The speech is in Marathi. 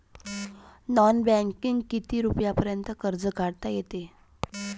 नॉन बँकिंगनं किती रुपयापर्यंत कर्ज काढता येते?